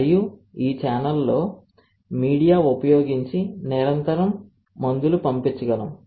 మరియు ఈ ఛానెల్లో మీడియా ఉపయోగించి నిరంతరం మందులు పంపించగలము